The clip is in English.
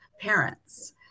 parents